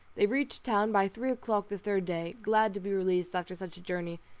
they reached town by three o'clock the third day, glad to be released, after such a journey,